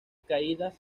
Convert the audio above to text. caídas